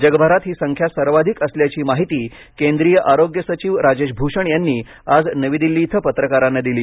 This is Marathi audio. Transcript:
जगभरात ही संख्या सर्वाधिक असल्याची माहिती केंद्रीय आरोग्य सचिव राजेश भूषण यांनी आज नवी दिल्ली इथ पत्रकारांना दिली